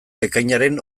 ekainaren